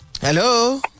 Hello